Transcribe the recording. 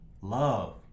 love